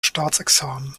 staatsexamen